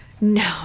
No